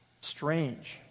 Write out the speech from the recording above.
Strange